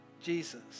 Jesus